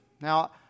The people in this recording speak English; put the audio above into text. Now